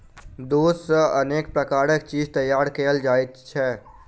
दूध सॅ अनेक प्रकारक चीज तैयार कयल जाइत छै